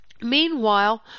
Meanwhile